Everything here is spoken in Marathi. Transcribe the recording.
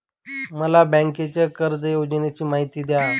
मला बँकेच्या कर्ज योजनांची माहिती द्या